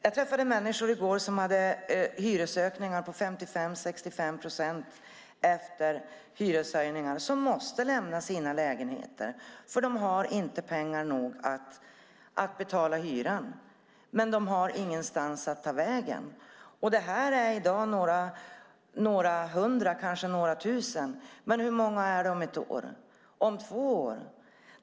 Jag träffade i går människor som hade hyresökningar på 55-65 procent efter renoveringar och som måste lämna sina lägenheter eftersom de inte har pengar nog för att betala hyran. Men de har ingenstans att ta vägen. Det är i dag några hundra, kanske några tusen. Men hur många är det om ett år eller om två år?